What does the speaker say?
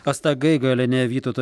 asta gaigalienė vytauto